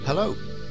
Hello